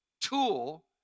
tool